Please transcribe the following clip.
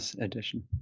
edition